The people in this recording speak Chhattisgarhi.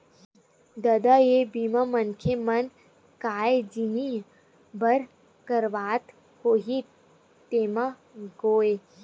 ददा ये बीमा मनखे मन काय जिनिय बर करवात होही तेमा गोय?